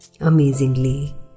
amazingly